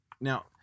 now